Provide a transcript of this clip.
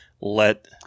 let